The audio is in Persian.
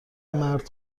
مرد